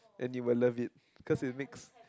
and you will love it cause it's mixed